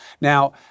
Now